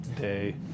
day